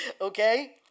Okay